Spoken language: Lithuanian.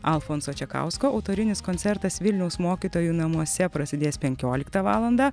alfonso čekausko autorinis koncertas vilniaus mokytojų namuose prasidės penkioliktą valandą